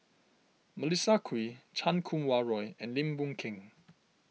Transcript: Melissa Kwee Chan Kum Wah Roy and Lim Boon Keng